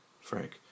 Frank